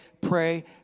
pray